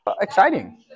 Exciting